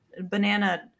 banana